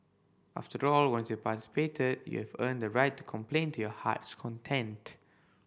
after all once you participated you have earned the right to complain to your heart's content